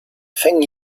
feng